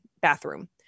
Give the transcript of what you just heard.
bathroom